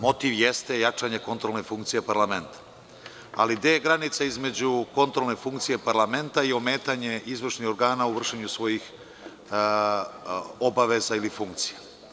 Motiv jeste jačanje kontrolne funkcije parlamenta, ali gde je granica između kontrolne funkcije parlamenta i ometanje izvršnih organa u vršenju svojih obaveza ili funkcija.